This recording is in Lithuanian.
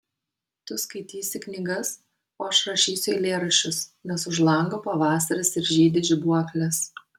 tu skaitysi knygas o aš rašysiu eilėraščius nes už lango pavasaris ir žydi žibuoklės